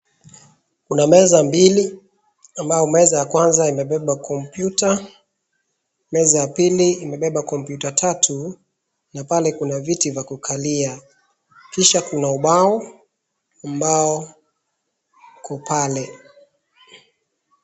Kuna meza mbili ambayo meza ya kwanza imebeba kompyuta, meza ya pili imebeba kopyuta tatu na pale kuna viti vya kukalia. Kisha kuna ubao, ubao uko pale.